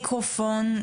המיקרופון.